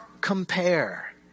compare